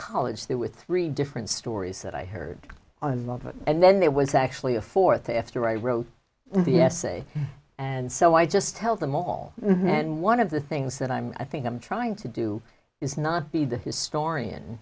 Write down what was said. college there with three different stories that i heard i love it and then there was actually a fourth after i wrote the essay and so i just tell them all and one of the things that i think i'm trying to do is not be the historian